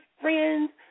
friends